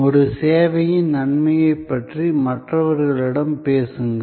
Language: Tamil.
ஒரு சேவையின் நன்மையைப் பற்றி மற்றவர்களிடம் பேசுங்கள்